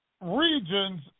regions